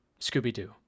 Scooby-Doo